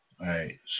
right